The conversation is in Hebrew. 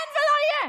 אין ולא יהיה.